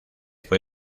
fue